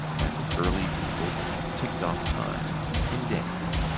and early people ticked off time in days,